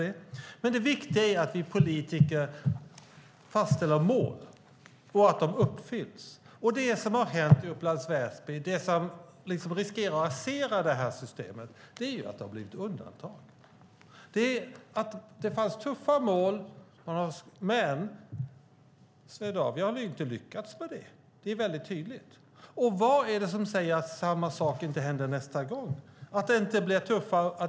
Det viktiga är att vi politiker fastställer mål och att de uppfylls. Det som har hänt i Upplands Väsby och det som riskerar att rasera systemet är att det har gjorts undantag. Det fanns tuffa mål, men Swedavia har inte lyckats. Vad är det som säger att samma sak inte händer nästa gång?